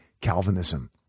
Calvinism